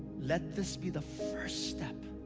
let this be the first step,